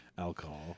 alcohol